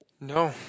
No